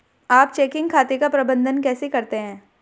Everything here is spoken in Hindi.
आप चेकिंग खाते का प्रबंधन कैसे करते हैं?